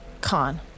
Con